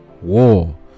war